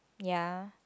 ya